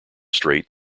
straight